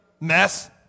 mess